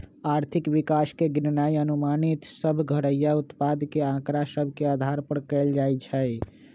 आर्थिक विकास के गिननाइ अनुमानित सभ घरइया उत्पाद के आकड़ा सभ के अधार पर कएल जाइ छइ